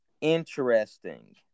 Interesting